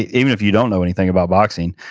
even if you don't know anything about boxing,